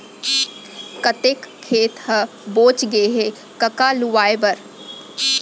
कतेक खेत ह बॉंच गय हे कका लुवाए बर?